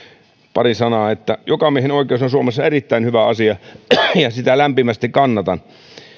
pari sanaa että jokamiehenoikeus on suomessa erittäin hyvä asia ja sitä lämpimästi kannatan